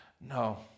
No